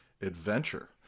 adventure